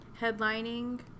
headlining